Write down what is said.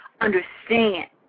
understand